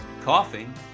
coughing